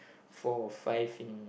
four or five in